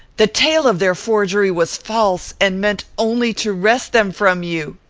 the tale of their forgery was false and meant only to wrest them from you.